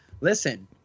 Listen—